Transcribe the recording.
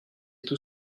tout